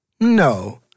No